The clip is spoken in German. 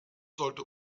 sollte